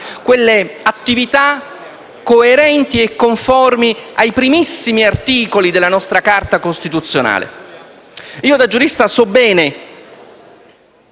quelle attività coerenti e conformi ai primissimi articoli della nostra Carta costituzionale. Da giurista so bene